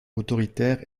autoritaire